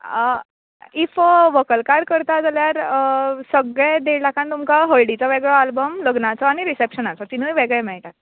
if व्हंकलकार करता जाल्यार सगळे देड लाखान तुमकां हळदीचो वेगळो आल्बम लग्नाचो आनी रिसेपशनाचो तीनय वेगळे मेळटात